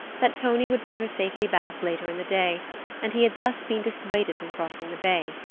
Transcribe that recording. that tonie would bring her safely back later in the day and he had thus been dissuaded from crossing the bay.